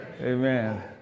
Amen